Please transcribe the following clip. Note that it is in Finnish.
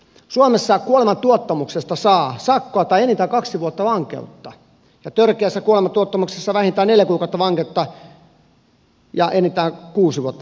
suomessa kuolemantuottamuksesta saa sakkoa tai enintään kaksi vuotta vankeutta ja törkeästä kuolemantuottamuksesta vähintään neljä kuukautta vankeutta ja enintään kuusi vuotta vankeutta